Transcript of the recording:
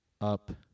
Up